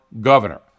governor